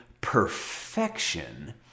perfection